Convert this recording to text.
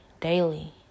daily